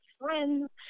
friends